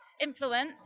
influence